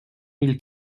mille